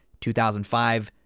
2005